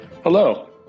Hello